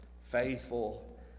faithful